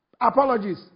Apologies